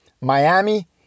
Miami